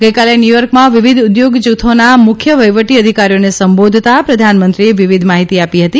ગઇકાલે ન્યૂયોકેમાં વિવિધ ઉદ્યોગ જૂથોના મુખ્ય વહીવટી અધિકારીઓને સંભોધતાં પ્રધાનમંત્રીએ વિવિધ માહીતી આપી હતી